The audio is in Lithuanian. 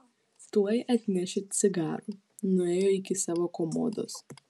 tuoj atnešiu cigarų nuėjo iki savo komodos